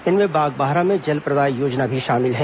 इनमें बागबाहरा में जल प्रदाय योजना भी शामिल है